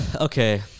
Okay